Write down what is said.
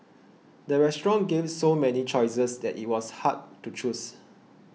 the restaurant gave so many choices that it was hard to choose